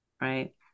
right